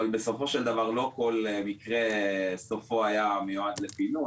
אבל בסופו של דבר לא כל מקרה סופו היה מיועד לפינוי,